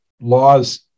laws